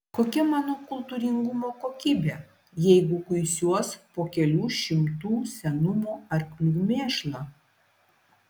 kokia mano kultūringumo kokybė jeigu kuisiuos po kelių šimtų senumo arklių mėšlą